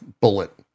bullet